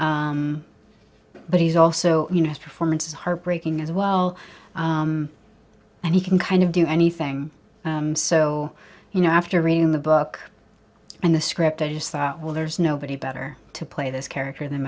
hilarious but he's also you know his performance is heartbreaking as well and he can kind of do anything so you know after reading the book and the script i just thought well there's nobody better to play this character th